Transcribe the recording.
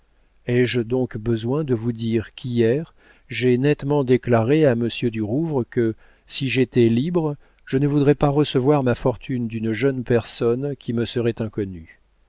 ai-je donc besoin de vous dire qu'hier j'ai nettement déclaré à monsieur du rouvre que si j'étais libre je ne voudrais pas recevoir ma fortune d'une jeune personne qui me serait inconnue